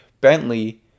Bentley